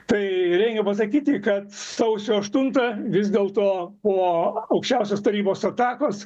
tai reikia pasakyti kad sausio aštuntą vis dėlto po aukščiausios tarybos atakos